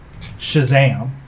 Shazam